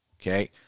okay